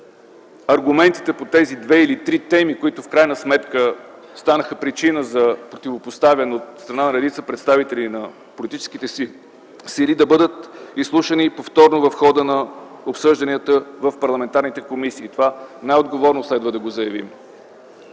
аргументите по тези две или три теми, които в крайна сметка станаха причина за противопоставяне от страна на редица представители на политическите сили, да бъдат изслушани повторно в хода на обсъжданията в парламентарните комисии - най-отговорно следва да го заявим.